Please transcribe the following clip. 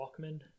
walkman